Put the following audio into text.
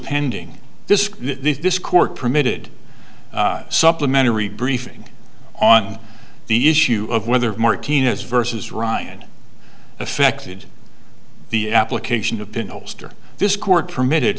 pending this this court permitted supplementary briefing on the issue of whether martinez versus ryan affected the application of pinholes to this court permitted